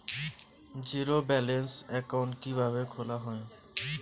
Zero balance account কিভাবে খোলা হয়?